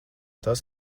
tas